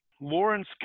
Lawrence